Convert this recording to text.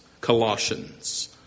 Colossians